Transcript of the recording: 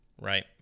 right